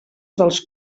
dels